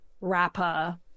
rapper